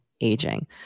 aging